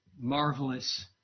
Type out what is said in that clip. marvelous